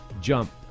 jump